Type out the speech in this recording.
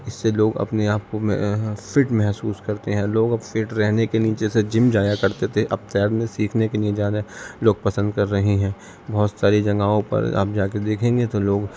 اس سے لوگ اپنے آپ کو فٹ محسوس کرتے ہیں لوگ اب فٹ رہنے کے نیچے سے جم جایا کرتے تھے اب تیرنے سیکھنے کے لیے جانا لوگ پسند کر رہے ہیں بہت ساری جگہوں پر آپ جا کے دیکھیں گے تو لوگ